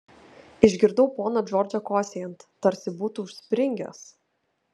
išgirdau poną džordžą kosėjant tarsi būtų užspringęs